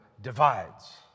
divides